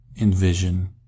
envision